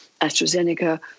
AstraZeneca